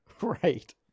Right